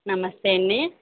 నమస్తే అండి